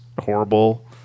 horrible